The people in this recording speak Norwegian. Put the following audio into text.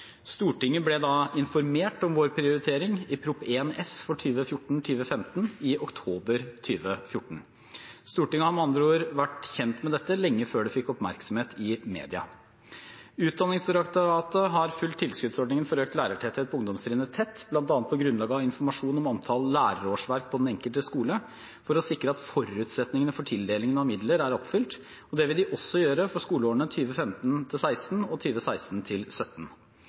Stortinget ble informert om vår prioritering i Prop. 1 S for 2014–2015 i oktober 2014. Stortinget har med andre ord vært kjent med dette lenge før det fikk oppmerksomhet i media. Utdanningsdirektoratet har fulgt tilskuddsordningen for økt lærertetthet på ungdomstrinnet tett, bl.a. på grunnlag av informasjon om antall lærerårsverk på den enkelte skole, for å sikre at forutsetningene for tildeling av midler er oppfylt. Det vil de også gjøre for skoleårene 2015–2016 og 2016–2017. I budsjettforliket for 2015 ble det bevilget nærmere 0,5 mrd. kr til